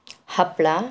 ಹಪ್ಪಳ